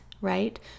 right